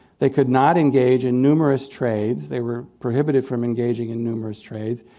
they could not engage in numerous trades. they were prohibited from engaging in numerous trades.